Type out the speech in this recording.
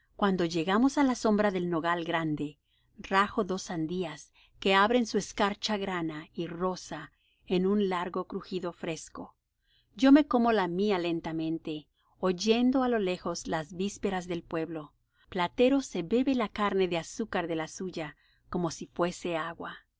cuando llegamos á la sombra del nogal grande rajo dos sandías que abren su escarcha grana y rosa en un largo crujido fresco yo me como la mía lentamente oyendo á lo lejos las vísperas del pueblo platero se bebe la carne de azúcar de la suya como si fuese agua